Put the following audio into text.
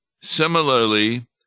Similarly